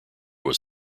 was